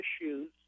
issues